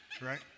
Right